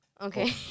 okay